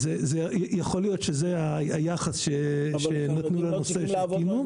יכול להיות שזה היחס שנתנו לנושא שהקימו.